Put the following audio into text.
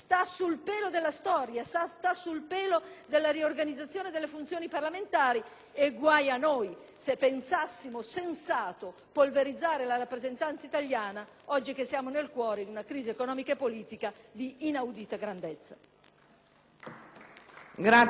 e guai a noi se pensassimo sensato polverizzare la rappresentanza italiana, oggi che siamo nel cuore di una crisi economica e politica di inaudita grandezza.